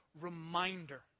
reminder